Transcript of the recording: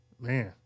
man